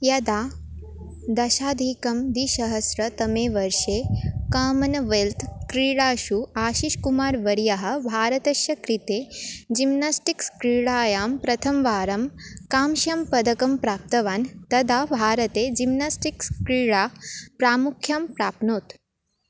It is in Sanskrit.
यदा दशाधिकं द्विसहस्रतमे वर्षे कामनवेल्त् क्रीडासु आशिषकुमारवर्यः भारतस्य कृते जिम्नास्टिक्स् क्रीडायां प्रथमं वारं कांस्यं पदकं प्राप्तवान् तदा भारते जिम्नास्टिक्स् क्रीडां प्रामुख्यं प्राप्नोत्